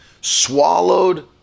swallowed